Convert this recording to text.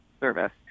service